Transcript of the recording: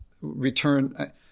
return